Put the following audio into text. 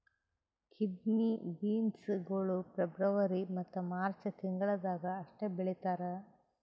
kidney beans ಗೊಳ್ February ಮತ್ತ March ತಿಂಗಿಳದಾಗ್ ಅಷ್ಟೆ ಬೆಳೀತಾರ್